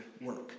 work